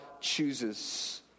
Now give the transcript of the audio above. chooses